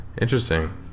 Interesting